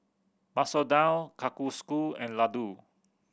Masoor Dal Kalguksu and Ladoo